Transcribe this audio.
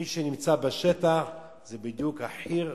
מי שנמצא בשטח זה בדיוק החי"ר,